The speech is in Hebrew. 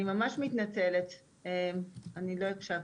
אני ממש מתנצלת, אני לא הקשבתי.